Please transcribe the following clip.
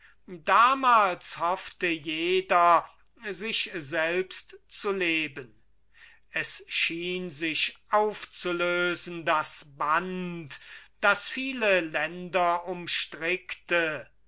damals hoffte jeder sich selbst zu leben es schien sich aufzulösen das band das viele länder umstrickte